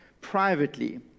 privately